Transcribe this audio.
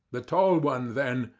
the tall one, then,